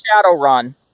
Shadowrun